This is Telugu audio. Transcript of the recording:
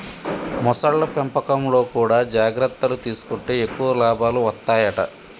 మొసళ్ల పెంపకంలో కూడా జాగ్రత్తలు తీసుకుంటే ఎక్కువ లాభాలు వత్తాయట